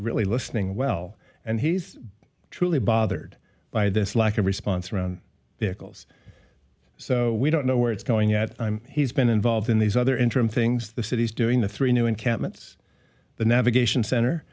really listening well and he's truly bothered by this lack of response around their calls so we don't know where it's going yet he's been involved in these other interim things the city's doing the three new encampments the navigation center